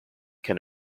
can